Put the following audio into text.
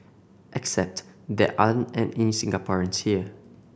except there aren't any Singaporeans here